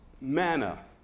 manna